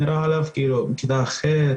נראה בכיתה ח'.